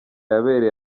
yabereye